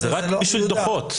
זה רק בשביל הדוחות.